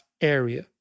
area